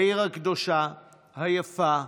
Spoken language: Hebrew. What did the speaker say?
בעיר הקדושה, היפה,